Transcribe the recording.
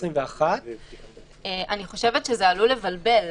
אני חושבת שזה עלול לבלבל.